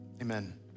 amen